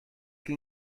que